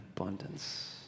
abundance